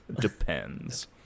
Depends